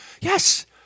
Yes